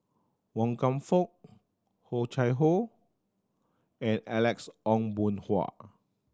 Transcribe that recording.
Wan Kam Fook Oh Chai Hoo and Alex Ong Boon Hau